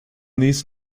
these